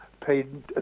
Paid